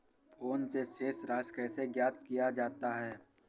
Phone से शेष राशि कैसे ज्ञात किया जाता है?